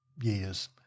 years